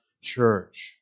church